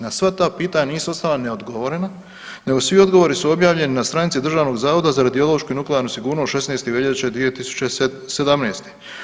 Na sva ta pitanja nisu ostala neodgovorena, nego svi odgovori su objavljeni na stranicama Državnog zavoda za radiološku i nuklearnu sigurnost 16. veljače 2017.